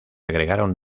agregaron